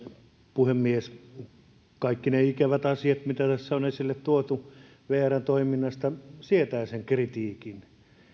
puhemies kaikki ne ikävät asiat mitä tässä on esille tuotu vrn toiminnasta sietävät sen kritiikin